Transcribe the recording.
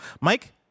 Mike